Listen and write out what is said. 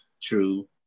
True